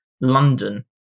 london